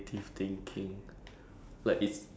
which genre art got genre